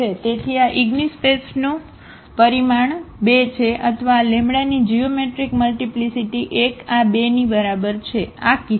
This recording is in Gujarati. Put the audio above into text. તેથી આ ઇગિનસ્પેસનું પરિમાણ 2 છે અથવા આ λની જીઓમેટ્રિક મલ્ટીપ્લીસીટી 1 આ 2 ની બરાબર છે આ કિસ્સામાં